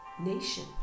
nation